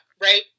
right